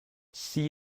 see